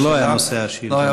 זה לא היה נושא השאילתה.